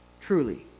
truly